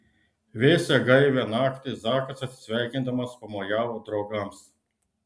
vėsią gaivią naktį zakas atsisveikindamas pamojavo draugams